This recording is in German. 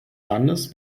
landes